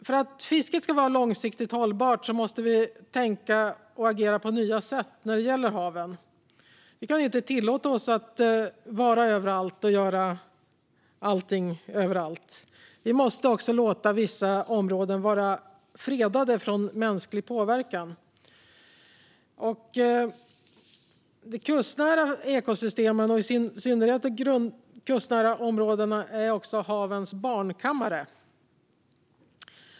För att fisket ska vara långsiktigt hållbart måste vi tänka och agera på nya sätt när det gäller haven. Vi kan inte tillåta oss att vara överallt och göra allting överallt. Vi måste också låta vissa områden vara fredade från mänsklig påverkan. De kustnära ekosystemen och i synnerhet de kustnära områdena är havens barnkammare.